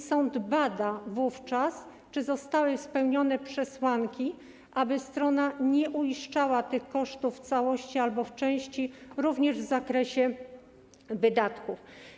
Sąd bada wówczas, czy zostały spełnione przesłanki, aby strona nie uiszczała tych kosztów w całości albo w części, również w zakresie wydatków.